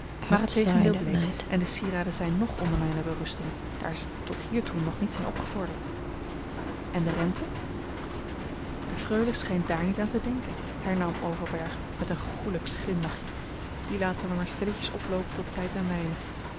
maar het tegendeel bleek en de sieraden zijn nog onder mijne berusting daar ze tot hiertoe nog niet zijn opgevorderd en de rente de freule schijnt daar niet aan te denken hernam overberg met een goelijk glimlachje die laten we maar stilletjes oploopen tot tijd en wijle